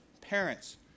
parents